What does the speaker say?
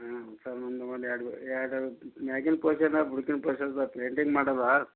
ಹ್ಞೂ ಸರ್ ನಮ್ಗೊಂದು ಎರಡು ಎರಡು ಮ್ಯಾಗಿನ ಪೋಶನ ಸ್ವಲ್ಪ ಪೇಂಟಿಂಗ್ ಮಾಡದು